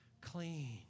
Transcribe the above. clean